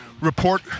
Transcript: report